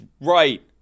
right